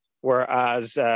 whereas